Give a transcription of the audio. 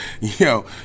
yo